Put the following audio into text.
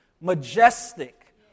majestic